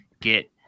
get